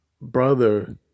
brother